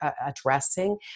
addressing